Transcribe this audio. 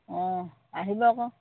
অঁ আহিব আকৌ